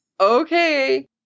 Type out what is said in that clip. okay